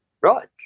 Right